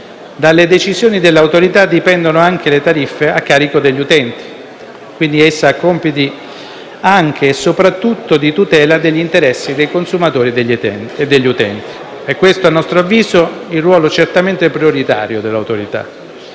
dalle decisioni dell'Autorità dipendono anche le tariffe a carico degli utenti, quindi essa ha compiti anche e soprattutto di tutela degli interessi dei consumatori e degli utenti. È questo a nostro avviso il ruolo certamente prioritario dell'Autorità,